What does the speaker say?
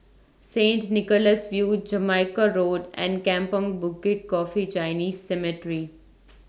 Saint Nicholas View Jamaica Road and Kampong Bukit Coffee Chinese Cemetery